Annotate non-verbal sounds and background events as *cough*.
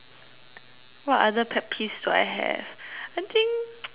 what other pet peeves do I have I think *noise*